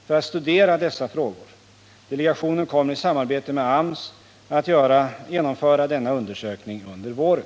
för att studera dessa frågor. Delegationen kommer i samarbete med AMS att genomföra denna undersökning under våren.